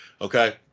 okay